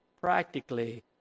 practically